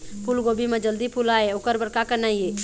फूलगोभी म जल्दी फूल आय ओकर बर का करना ये?